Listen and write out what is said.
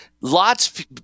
Lot's